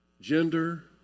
gender